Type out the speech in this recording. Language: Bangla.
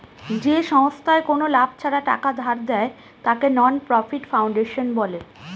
যে সংস্থায় কোনো লাভ ছাড়া টাকা ধার দেয়, তাকে নন প্রফিট ফাউন্ডেশন বলে